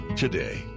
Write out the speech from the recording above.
Today